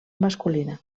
masculina